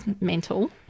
mental